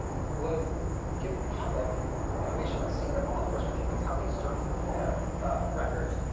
would give the public information on secret law enforcement techniques. how they search for foia records.